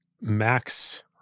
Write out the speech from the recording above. max